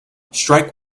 strike